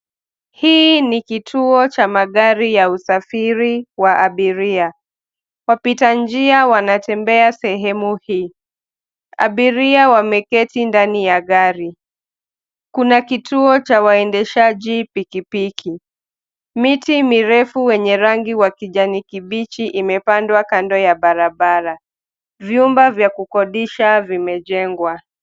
Hiki ni kituo cha magari ya usafiri wa abiria. Wapitanjia wanasafiri katika sehemu hii. Abiria wameketi ndani ya gari. Kuna kituo cha waendeshaji pikipiki. Miti mirefu yenye rangi wa kijani kibichi imepandwa kando ya barabara. Vyumba vya kukodisha vimejengwa.